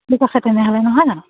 ঠিক আছে তেনেহ'লে নহয় জানো